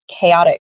chaotic